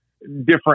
different